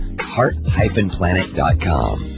Heart-Planet.com